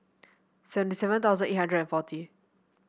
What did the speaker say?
seventy seven thousand eight hundred and forty